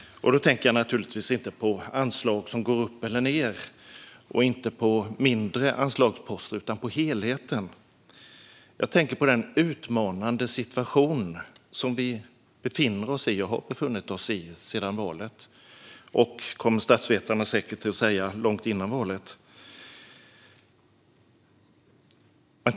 Jag tänker då naturligtvis inte på anslag som går upp eller ned och inte på mindre anslagsposter, utan på helheten. Jag tänker på den utmanande situation som vi befinner oss i och har befunnit oss i sedan valet och, kommer statsvetarna säkert att säga, långt dessförinnan.